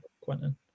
Quentin